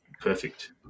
Perfect